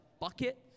bucket